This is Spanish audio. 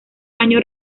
año